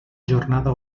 jornada